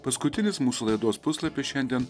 paskutinis mūsų laidos puslapis šiandien